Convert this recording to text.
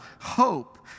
hope